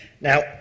Now